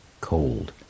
cold